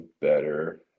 better